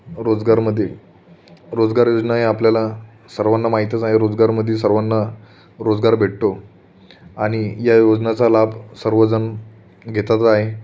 रोजगारमधे रोजगार योजना ह्या आपल्याला सर्वांना माहितच आहे रोजगारमधे सर्वांना रोजगार भेटतो आणि या योजनाचा लाभ सर्वजण घेतातच आहे